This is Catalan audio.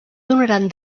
donaran